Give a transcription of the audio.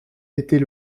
était